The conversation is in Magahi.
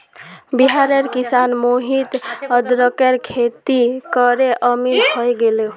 बिहारेर किसान मोहित अदरकेर खेती करे अमीर हय गेले